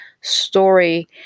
story